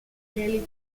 nearly